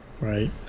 Right